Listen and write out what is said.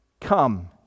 come